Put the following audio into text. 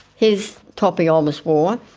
his top he always wore,